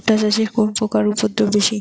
ভুট্টা চাষে কোন পোকার উপদ্রব বেশি?